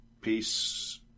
peace